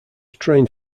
trained